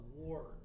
awards